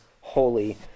holy